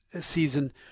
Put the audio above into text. season